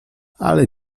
ale